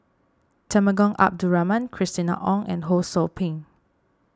Temenggong Abdul Rahman Christina Ong and Ho Sou Ping